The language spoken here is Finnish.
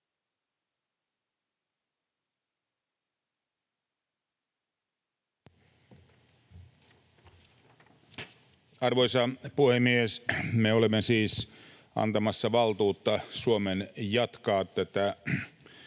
Arvoisa puhemies! Me olemme siis antamassa valtuutta Suomen jatkaa tätä